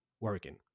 working